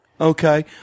okay